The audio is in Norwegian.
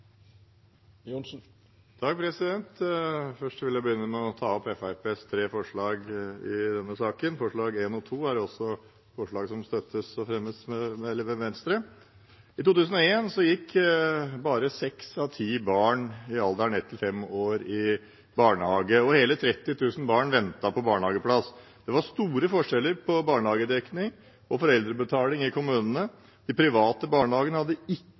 Først vil jeg begynne med å ta opp Fremskrittspartiets tre forslag i denne saken. Forslagene nr. 1 og 2 er forslag som fremmes med Venstre. I 2001 gikk bare seks av ti barn i alderen 1–5 år i barnehage, og hele 30 000 barn ventet på barnehageplass. Det var store forskjeller på barnehagedekning og foreldrebetaling i kommunene. De private barnehagene hadde ikke krav på offentlige tilskudd. Barnehageforliket i